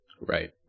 Right